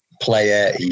player